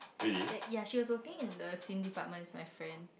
the yeah she was working in the same department with my friend